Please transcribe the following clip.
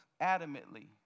adamantly